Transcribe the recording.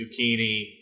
zucchini